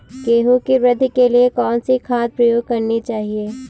गेहूँ की वृद्धि के लिए कौनसी खाद प्रयोग करनी चाहिए?